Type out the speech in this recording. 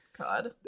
God